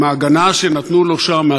עם ההגנה שנתנו לו שם,